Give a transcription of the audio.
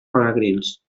pelegrins